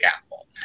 Apple